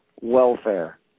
welfare